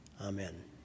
Amen